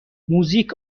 موزیک